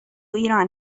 ایران